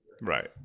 right